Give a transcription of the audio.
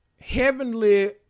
Heavenly